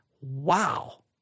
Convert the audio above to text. wow